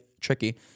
tricky